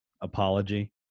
apology –